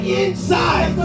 inside